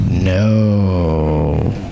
No